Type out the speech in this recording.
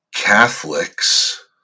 Catholics